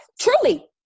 Truly